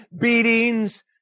Beatings